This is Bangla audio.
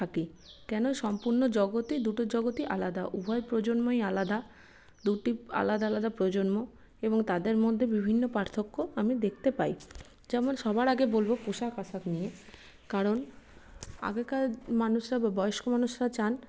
থাকি কেন সম্পূর্ণ জগতে দুটো জগতই আলাদা উভয় প্রজন্মই আলাদা দুটি আলাদা আলাদা প্রজন্ম এবং তাদের মধ্যে বিভিন্ন পার্থক্য আমি দেখতে পাই যেমন সবার আগে বলবো পোশাক আশাক নিয়ে কারণ আগেকার মানুষরা বা বয়স্ক মানুষরা চান